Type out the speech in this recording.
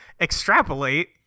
extrapolate